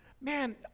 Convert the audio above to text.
Man